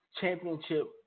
championship